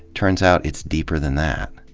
turns out, it's deeper than that.